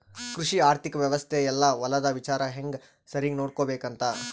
ಕೃಷಿ ಆರ್ಥಿಕ ವ್ಯವಸ್ತೆ ಯೆಲ್ಲ ಹೊಲದ ವಿಚಾರ ಹೆಂಗ ಸರಿಗ ನೋಡ್ಕೊಬೇಕ್ ಅಂತ